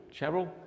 Cheryl